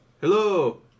Hello